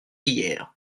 hier